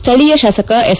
ಸ್ಥಳೀಯ ಶಾಸಕ ಎಸ್